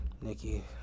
nikki